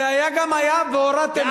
זה היה גם היה, והורדתם את זה.